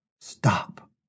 stop